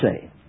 say